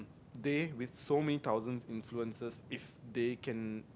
they with so many thousand influences if they can